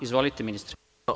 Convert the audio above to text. Izvolite ministre.